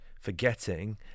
forgetting